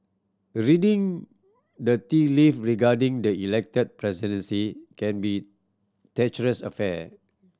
reading the tea leave regarding the Elected Presidency can be treacherous affair